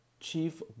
Chief